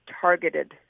targeted